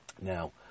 Now